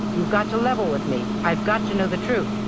you've got to level with me, i've got to know the truth.